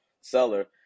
seller